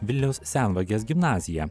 vilniaus senvagės gimnaziją